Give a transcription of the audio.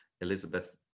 Elizabeth